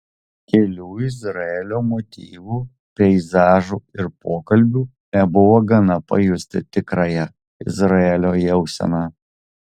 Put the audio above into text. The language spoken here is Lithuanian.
kelių izraelio motyvų peizažų ir pokalbių nebuvo gana pajusti tikrąją izraelio jauseną